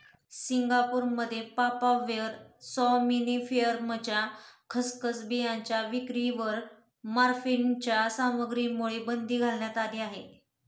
सिंगापूरमध्ये पापाव्हर सॉम्निफेरमच्या खसखस बियाणांच्या विक्रीवर मॉर्फिनच्या सामग्रीमुळे बंदी घालण्यात आली आहे